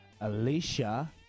Alicia